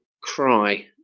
cry